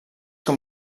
com